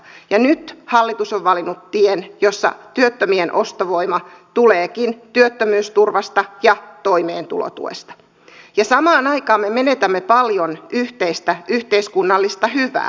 ja nyt hallitus on valinnut tien jossa työttömien ostovoima tuleekin työttömyysturvasta ja toimeentulotuesta ja samaan aikaan me menetämme paljon yhteistä yhteiskunnallista hyvää